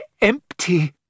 empty